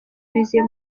bizeye